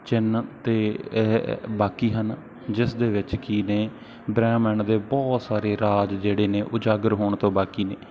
ਚਿੰਨ੍ਹ ਅਤੇ ਐਹ ਬਾਕੀ ਹਨ ਜਿਸ ਦੇ ਵਿੱਚ ਕਿ ਨੇ ਬ੍ਰਹਿਮੰਡ ਦੇ ਬਹੁਤ ਸਾਰੇ ਰਾਜ ਜਿਹੜੇ ਨੇ ਉਜਾਗਰ ਹੋਣ ਤੋਂ ਬਾਕੀ ਨੇ